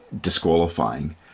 disqualifying